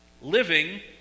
living